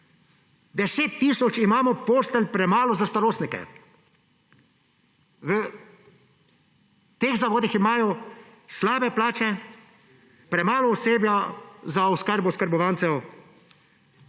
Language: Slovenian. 10 tisoč postelj premalo imamo za starostnike. V teh zavodih imajo slabe plače, premalo osebja za oskrbo oskrbovancev.